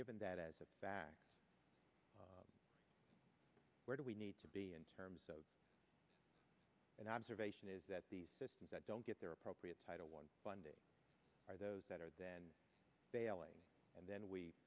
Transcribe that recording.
given that as a bad where do we need to be in terms of an observation is that the systems that don't get there appropriate title one funding are those that are then failing and then we